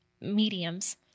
mediums